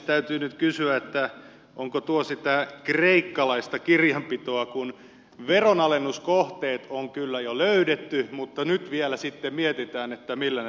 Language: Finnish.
täytyy nyt kysyä onko tuo sitä kreikkalaista kirjanpitoa kun veronalennuskohteet on kyllä jo löydetty mutta nyt vielä sitten mietitään millä ne rahoitetaan